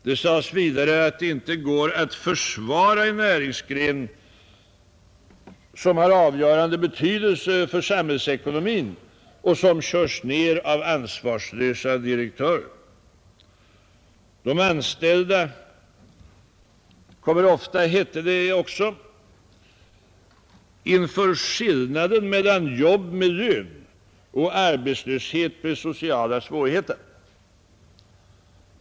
Det sades vidare att det inte går ”att försvara att en näringsgren som har avgörande betydelse för samhällsekonomin körs ner av ansvarslösa direktörer”. De anställda ställs ofta, hette det också, inför skillnaden mellan jobb med lön och arbetslöshet med sociala svårigheter.